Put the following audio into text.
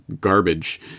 garbage